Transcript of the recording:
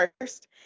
first